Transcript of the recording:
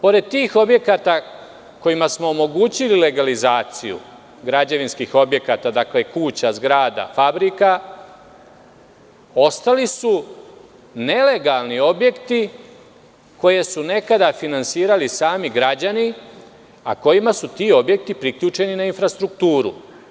Pored tih objekata kojima smo omogućili legalizaciju, građevinskih objekata – kuća, zgrada, fabrika, ostali su nelegalni objekti koje su nekada finansirali sami građani, a kojima su ti objekti priključeni na infrastrukturu.